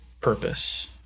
purpose